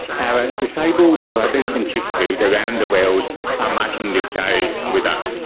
our disabled brothers and sisters around the world are marking this day with us.